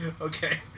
Okay